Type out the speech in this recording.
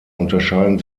unterscheiden